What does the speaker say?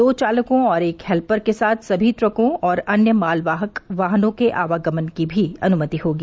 दो चालकों और एक हेल्पर के साथ सभी ट्रकों और अन्य मालवाहक वाहनों के आवागमन की भी अनुमति होगी